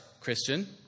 Christian